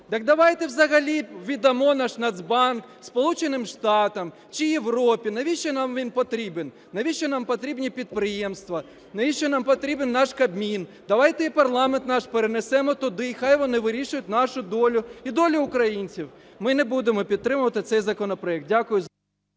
Так давайте взагалі віддамо наш Нацбанк Сполученим Штатам чи Європі. Навіщо нам він потрібен? Навіщо нам потрібні підприємства? Навіщо нам потрібен наш Кабмін? Давайте і парламент наш перенесемо туди, і хай вони вирішують нашу долю і долю українців. Ми не будемо підтримувати цей законопроект. Дякую